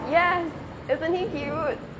yes isn't he cute